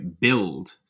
build